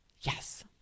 Yes